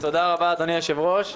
תודה רבה, אדוני היושב-ראש.